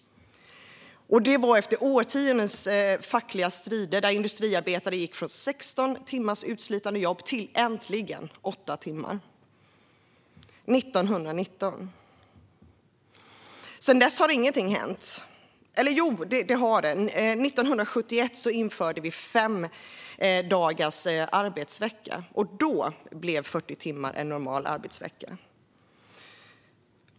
Det skedde efter årtionden av fackliga strider där industriarbetare gick från sexton timmars utslitande jobb till - äntligen! - åtta timmar. Det var 1919, och sedan dess har ingenting hänt. Eller jo, en sak har hänt. Vi införde 1971 fem dagars arbetsvecka, och då blev 40 timmar en normal arbetsvecka.